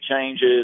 changes